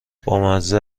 بامزه